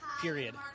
period